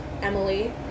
Emily